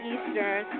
Eastern